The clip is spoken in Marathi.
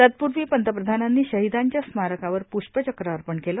तत्पूर्वी पंतप्रधानांनी शहिदांच्या स्मारकावर प्रष्पचक्र अर्पण केलं